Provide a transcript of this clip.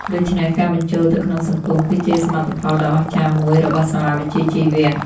ដូច្នេះ ការបញ្ចូលទៅក្នុងសង្គមគឺជាសមិទ្ធផលដ៏អស្ចារ្យមួយរបស់សាលាវិជ្ជាជីវៈ។